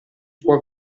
può